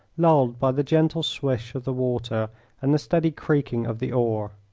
lulled by the gentle swish of the water and the steady creaking of the oar.